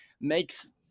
makes